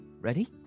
Ready